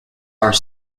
are